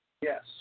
Yes